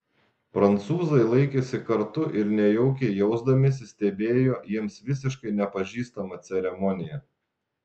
prancūzai laikėsi kartu ir nejaukiai jausdamiesi stebėjo jiems visiškai nepažįstamą ceremoniją